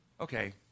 Okay